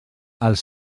els